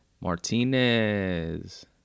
Martinez